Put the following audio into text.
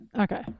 Okay